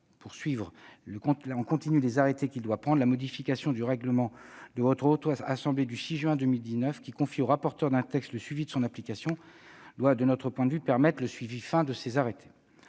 pour suivre en continu les arrêtés qu'il doit prendre. La modification du règlement du Sénat du 6 juin 2019, qui confie au rapporteur d'un texte le suivi de son application, doit de notre point de vue permettre le suivi fin de ces arrêtés.